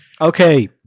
Okay